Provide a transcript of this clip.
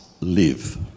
live